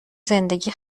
زندگی